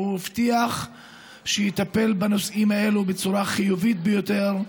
והוא הבטיח שיטפל בנושאים האלה בצורה חיובית ביותר,